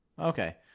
Okay